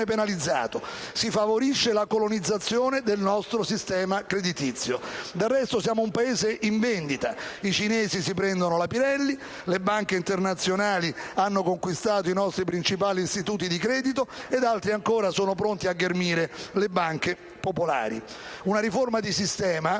penalizzato. Si favorisce la colonizzazione del nostro sistema creditizio. Del resto, siamo un Paese in vendita. I cinesi si prendono la Pirelli, le banche internazionali hanno conquistato i nostri principali istituti di credito ed altri ancora sono pronti a ghermire le banche popolari. Una riforma di sistema